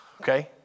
Okay